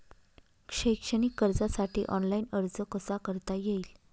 शैक्षणिक कर्जासाठी ऑनलाईन अर्ज कसा करता येईल?